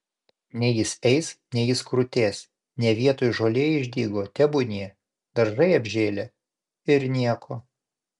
nei jis eis nei jis krutės ne vietoj žolė išdygo tebūnie daržai apžėlę ir nieko